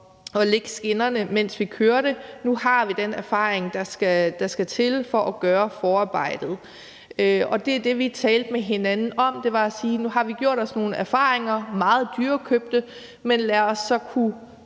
at lægge skinnerne, mens vi kørte. Nu har vi den erfaring, der skal til for at kunne gøre forarbejdet. Og det, vi talte med hinanden om og sagde, var: Nu har vi gjort os nogle meget dyrekøbte erfaringer, men